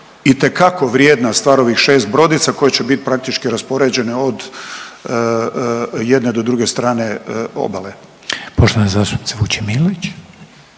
itekako vrijedna stvar ovih 6 brodica koje će bit praktički raspoređene od jedne do druge strane obale. **Reiner, Željko